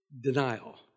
denial